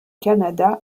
canada